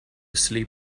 sleep